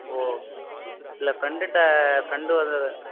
ஓ இல்லை ஃப்ரெண்ட்கிட்ட ஃப்ரெண்டு வந்து